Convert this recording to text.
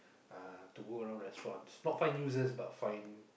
uh to go around restaurant not find users but find